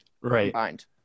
Right